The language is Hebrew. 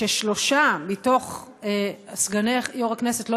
כששלושה מסגני יושב-ראש הכנסת,